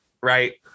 right –